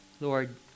lord